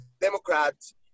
Democrats